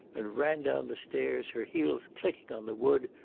and ran down the stairs, her heels clicking on the wood,